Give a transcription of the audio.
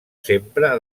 sempre